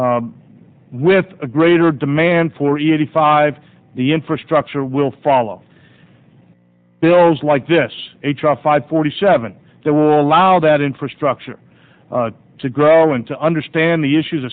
with a greater demand for eighty five the infrastructure will follow bills like this five forty seven that will allow that infrastructure to grow and to understand the issues